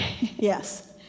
Yes